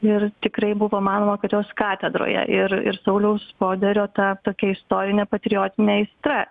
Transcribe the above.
ir tikrai buvo manoma kad jos katedroje ir ir sauliaus poderio ta tokia istorinė patriotinė aistra